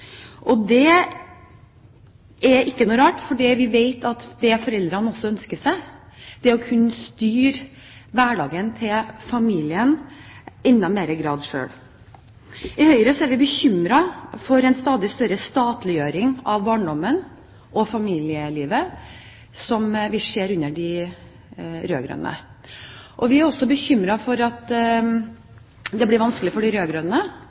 Og det er ikke noe rart, fordi vi vet at det foreldrene også ønsker seg, er å kunne styre hverdagen til familien i enda større grad selv. I Høyre er vi bekymret for en stadig større statliggjøring av barndommen og familielivet, som vi ser under den rød-grønne regjeringen. Vi er også bekymret for at det blir vanskelig for de